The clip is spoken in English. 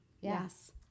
yes